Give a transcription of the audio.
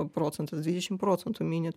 procentas dvidešimt procentų minit